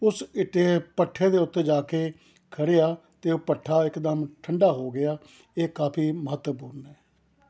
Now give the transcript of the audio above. ਉਸ ਇੱਟ ਭੱਠੇ ਦੇ ਉੱਤੇ ਜਾ ਕੇ ਖੜ੍ਹਿਆ ਅਤੇ ਉਹ ਭੱਠਾ ਇਕਦਮ ਠੰਢਾ ਹੋ ਗਿਆ ਇਹ ਕਾਫੀ ਮਹੱਤਵਪੂਰਨ ਹੈ